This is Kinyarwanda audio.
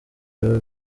biba